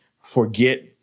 forget